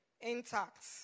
intact